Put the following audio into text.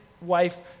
wife